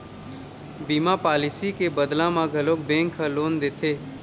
बीमा पॉलिसी के बदला म घलोक बेंक ह लोन देथे